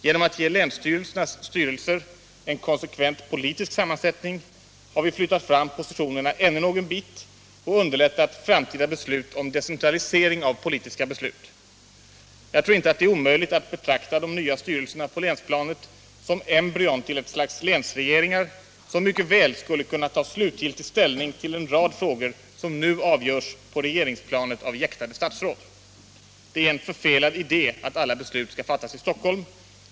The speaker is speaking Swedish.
Genom att ge länsstyrelsernas styrelser en konsekvent politisk sammansättning har vi flyttat fram positionerna ännu någon bit och underlättat framtida beslut om decentralisering av politiska beslut. Jag tror inte att det är omöjligt att betrakta de nya styrelserna på länsplanet som embryon till ett slags länsregeringar, som mycket väl skulle kunna ta slutgiltig ställning till en rad frågor som nu avgörs på regeringsplanet av jäktade statsråd. Det är en förfelad idé att alla beslut skall fattas i Stockholm.